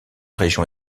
région